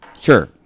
Sure